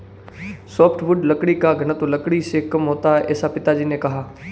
softwood लकड़ी का घनत्व लकड़ी से कम होता है ऐसा पिताजी ने कहा